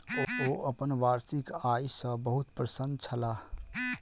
ओ अपन वार्षिक आय सॅ बहुत प्रसन्न छलाह